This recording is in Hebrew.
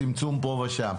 צמצום פה ושם.